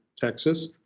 Texas